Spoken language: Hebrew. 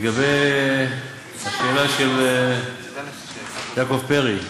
עובדים, לגבי השאלה של יעקב פרי,